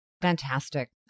Fantastic